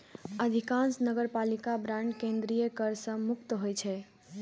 अधिकांश नगरपालिका बांड केंद्रीय कर सं मुक्त होइ छै